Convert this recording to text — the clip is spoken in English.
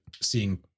seeing